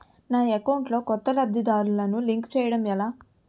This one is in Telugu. నా అకౌంట్ లో కొత్త లబ్ధిదారులను లింక్ చేయటం ఎలా?